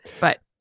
But-